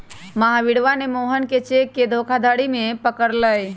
महावीरवा ने मोहन के चेक के धोखाधड़ी में पकड़ लय